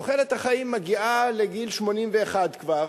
תוחלת החיים מגיעה לגיל 81 כבר.